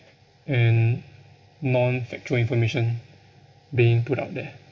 and non factual information being put out there